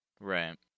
Right